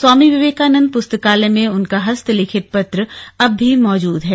स्वामी विवेकानंद पुस्तकालय में उनका हस्त लिखित पत्र अब भी मौजूद है